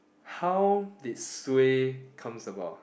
how did suay comes about